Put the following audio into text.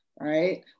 right